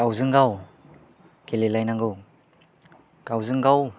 गावजों गाव गेलेलायनांगौ गावजों गाव